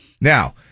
Now